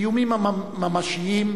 איומים ממשיים,